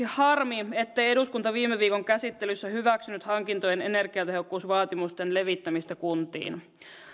harmi esimerkiksi se ettei eduskunta viime viikon käsittelyssä hyväksynyt hankintojen energiatehokkuusvaatimusten levittämistä kuntiin